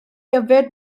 yfed